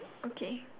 okay